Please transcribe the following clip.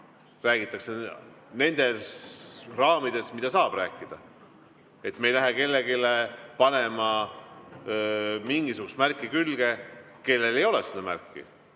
räägime nendes raamides, milles saab rääkida. Me ei lähe kellelegi panema mingisugust märki külge, kellel ei ole seda märki.